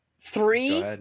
Three